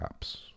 apps